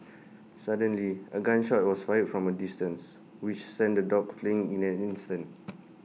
suddenly A gun shot was fired from A distance which sent the dogs fleeing in an instant